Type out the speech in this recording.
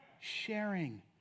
sharing